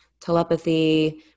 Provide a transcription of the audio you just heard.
telepathy